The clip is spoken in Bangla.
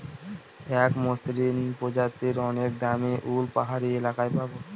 এক মসৃন প্রজাতির অনেক দামী উল পাহাড়ি এলাকায় পাবো